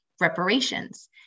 reparations